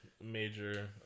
major